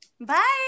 Bye